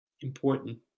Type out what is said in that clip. important